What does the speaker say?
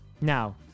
Now